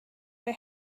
roi